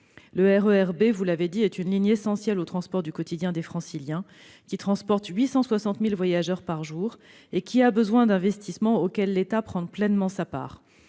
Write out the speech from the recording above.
Le RER B, vous l'avez dit, est une ligne essentielle au transport du quotidien des Franciliens. Il transporte 860 000 voyageurs par jour et a besoin d'investissements, auxquels l'État prend pleinement sa part.